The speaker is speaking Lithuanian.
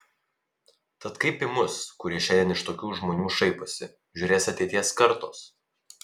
tad kaip į mus kurie šiandien iš tokių žmonių šaiposi žiūrės ateities kartos